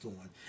on